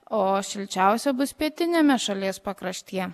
o šilčiausia bus pietiniame šalies pakraštyje